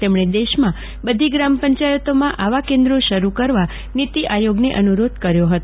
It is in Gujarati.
તેમણે દેશમાં બધી ગ્રામ પંચાયતોમાં આવા કેન્દ્રો શરૂ કરવા નીતિ આયોગને અનુરોધ કર્યો હતો